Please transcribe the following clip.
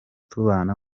tubana